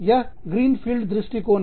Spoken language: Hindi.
यह ग्रीन फील्ड दृष्टिकोण है